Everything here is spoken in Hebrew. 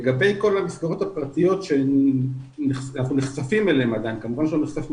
לגבי כל המסגרות הפרטיות אליהן נחשפים כמובן שלא נחשפנו